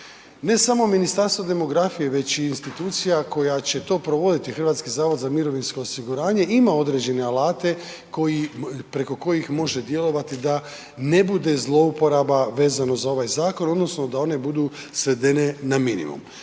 Ne samo Ministarstva demografije već i institucija koja će to provoditi HZMO ima određene alate koji, preko kojih može djelovati da ne bude zlouporaba vezano za ovaj zakon odnosno da one budu svedene na minimum.